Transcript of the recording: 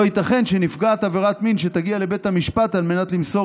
לא ייתכן שנפגעת עבירת מין שתגיע לבית המשפט על מנת למסור